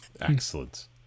Excellent